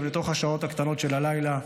גם לתוך השעות הקטנות של הלילה,